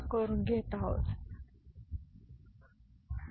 तर 1 1 ते 0 1 1 ते 0 1 ते 0 हे 1 बरोबर आहे